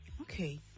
okay